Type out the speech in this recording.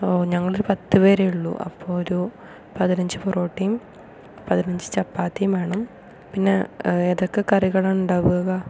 ഓ ഞങ്ങളൊരു പത്ത് പേരെ ഉള്ളു അപ്പോൾ ഒരു പതിനഞ്ച് പൊറോട്ടയും പതിനഞ്ച് ചപ്പാത്തിയും വേണം പിന്നെ ഏതൊക്കെ കറികളാണ് ഉണ്ടാവുക